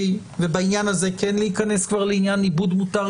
ובעניין הזה כן להיכנס כבר לעניין עיבוד מותר,